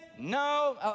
no